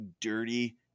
dirty